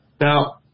Now